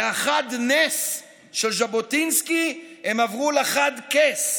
מהחד-נס של ז'בוטינסקי הם עברו לחד-כס,